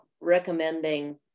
recommending